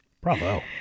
Bravo